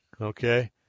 okay